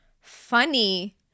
funny